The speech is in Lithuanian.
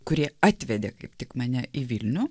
kurie atvedė kaip tik mane į vilnių